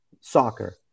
soccer